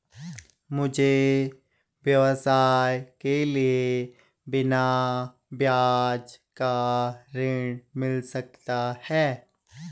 मुझे व्यवसाय के लिए बिना ब्याज का ऋण मिल सकता है?